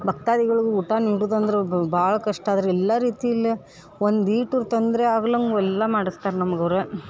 ಭಕ್ತಾದಿಗಳ್ಗೆ ಊಟ ನೀಡುದಂದ್ರೆ ಭಾಳ ಕಷ್ಟ ಆದ್ರೆ ಎಲ್ಲ ರೀತಿಲ್ಲಿ ಒಂದಿಷ್ಟೂ ತೊಂದರೆ ಆಗ್ಲಂಗೆ ಎಲ್ಲ ಮಾಡಿಸ್ತಾರೆ ನಮ್ಗೆ ಅವ್ರು